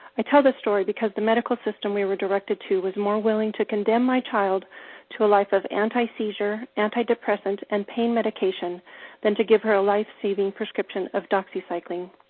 i tell this story because the medical system we were directed to was more willing to condemn my child to a life of anti-seizure, anti-depressant, and pain medication then to give her a life-saving prescription of doxycycline.